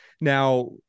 Now